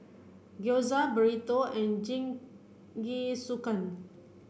Gyoza Burrito and Jingisukan